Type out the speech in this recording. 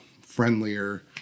friendlier